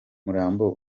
murambo